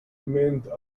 meant